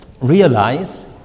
realize